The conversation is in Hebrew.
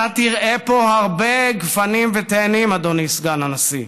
אתה תראה פה הרבה גפנים ותאנים, אדוני סגן הנשיא.